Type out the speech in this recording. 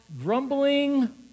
grumbling